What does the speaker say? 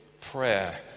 prayer